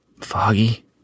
Foggy